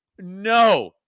no